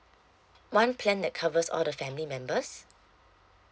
one plan that covers all the family members